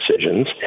decisions